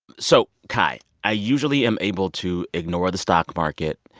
so, kai, i usually am able to ignore the stock market,